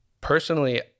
Personally